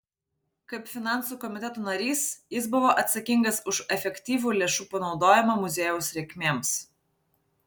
kaip finansų komiteto narys jis buvo atsakingas už efektyvų lėšų panaudojimą muziejaus reikmėms